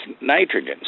nitrogen